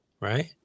Right